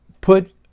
put